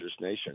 nation